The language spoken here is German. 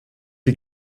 die